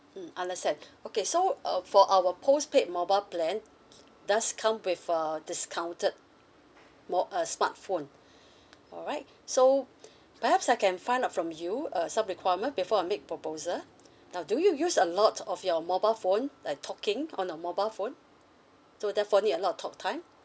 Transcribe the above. mm understand okay so um for our postpaid mobile plan does come with a discounted mo~ uh smartphone all right so perhaps I can find out from you uh some requirement before I make proposal now do you use a lot of your mobile phone like talking on your mobile phone so therefore need a lot of talktime